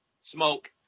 Smoke